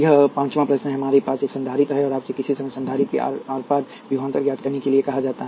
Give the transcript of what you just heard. यह पाँचवाँ प्रश्न है हमारे पास एक संधारित्र है और आपसे किसी समय संधारित्र के आर पार विभवांतर ज्ञात करने के लिए कहा जाता है